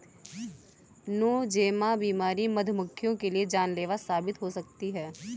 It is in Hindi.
नोज़ेमा बीमारी मधुमक्खियों के लिए जानलेवा साबित हो सकती है